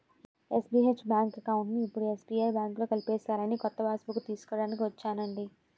SBH bank అకౌంట్ని ఇప్పుడు SBI బాంకులో కలిపేసారని కొత్త పాస్బుక్కు తీస్కోడానికి ఒచ్చానండి